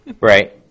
Right